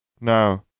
No